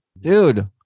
Dude